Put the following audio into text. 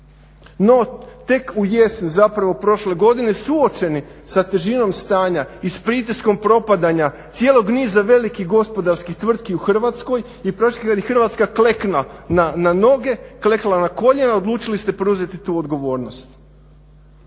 No tek u jesen zapravo prošle godine suočeni sa težinom stanja i s pritiskom propadanja cijelog niza velikih gospodarskih tvrtki u Hrvatskoj i kada je Hrvatska kleknula na koljena odlučili ste preuzeti tu odgovornost.